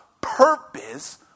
purpose